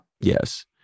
yes